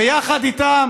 ויחד איתם